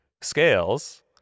scales